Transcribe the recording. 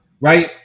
right